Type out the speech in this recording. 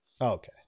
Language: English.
okay